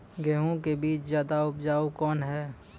गेहूँ के बीज ज्यादा उपजाऊ कौन है?